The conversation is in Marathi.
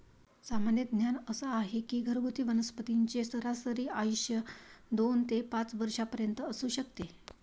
सामान्य ज्ञान असा आहे की घरगुती वनस्पतींचे सरासरी आयुष्य दोन ते पाच वर्षांपर्यंत असू शकते